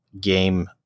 game